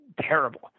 terrible